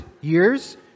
years